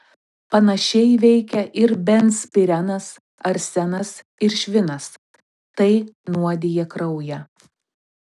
panašiai veikia ir benzpirenas arsenas ir švinas tai nuodija kraują